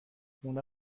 اونها